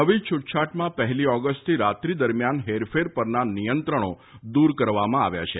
નવી છ્ટછાટમાં પહેલી ઓગસ્ટથી રાત્રિ દરમિયાન હેરફેર પરના નિયંત્રણો દૂર કરવામાં આવ્યા છે